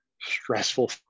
stressful